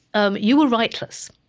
um you were rightless.